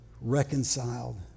reconciled